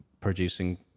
producing